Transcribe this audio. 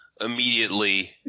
immediately